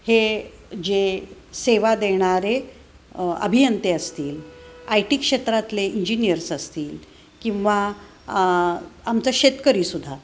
हे जे सेवा देणारे अभियंते असतील आय टी क्षेत्रातले इंजिनियर्स असतील किंवा आमचा शेतकरीसुद्धा